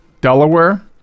Delaware